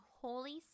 Holy